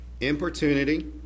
importunity